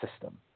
system –